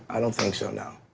i don't think so. no.